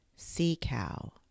sea-cow